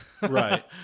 Right